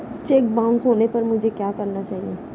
Check bounce होने पर मुझे क्या करना चाहिए?